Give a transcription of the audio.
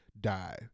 die